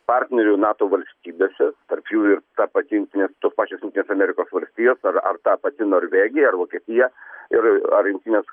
partnerių nato valstybėse tarp jų ir ta pati jungtinė tos pačios jungtinės amerikos valstijos ar ar ta pati norvegija ar vokietija ir ar jungtinės